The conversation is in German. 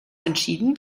entschieden